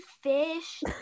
fish